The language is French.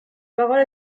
parole